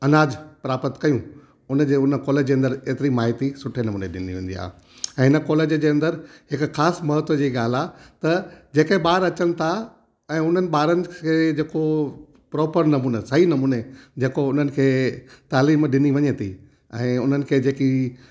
अनाज प्रापत कयूं उनजे उन कॉलेज जे अंदरि एतिरी माइती सुठे नमूने ॾिनी वेंदी आहे ऐं हिन कॉलेज जे अंदरि हिक ख़ासि महत्व जी ॻाल्हि आहे त जेके ॿार अचनि था ऐं उन्हनि ॿारनि खे जेको प्रोपर नमूने सही नमूने जेको उन्हनि खे तालीमु ॾिनी वञे थी ऐं उन्हनि खे जेकी